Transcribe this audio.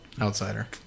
Outsider